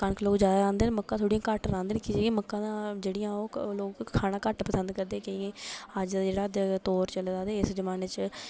कनक लोग जादा लांदे न मक्का थोह्ड़ियां घट्ट रांह्दे न की जे मक्का जेह्ड़ियां ओह् खाना थोड़ियां घट्ट पसंद करदे न की के अज्ज दे दौर चले दा ते इस जमाने च मक्का लोग